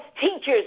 teachers